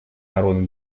народно